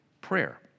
prayer